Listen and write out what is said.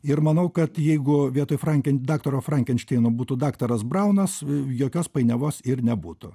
ir manau kad jeigu vietoj franken daktaro frankenšteino būtų daktaras braunas jokios painiavos ir nebūtų